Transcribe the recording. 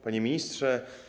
Panie Ministrze!